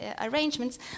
arrangements